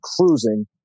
cruising